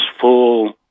full